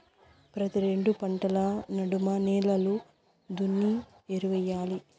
ప్రతి రెండు పంటల నడమ నేలలు దున్ని ఎరువెయ్యాలి